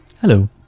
Hello